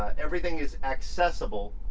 everything is accessible.